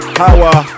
power